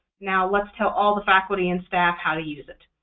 now let's tell all the faculty and staff how to use it.